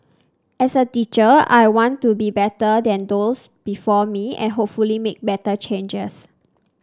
as a teacher I want to be better than those before me and hopefully make better changes